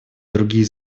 другие